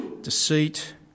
deceit